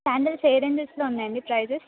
sandals ఏ రేంజస్లో ఉన్నాయండి ప్రైజెస్